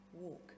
walk